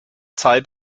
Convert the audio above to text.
zeit